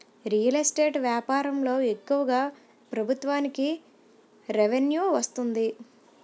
real estate వ్యాపారంలో ఎక్కువగా ప్రభుత్వానికి రెవెన్యూ వస్తుంది